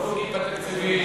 לא נוגעים בתקציבים,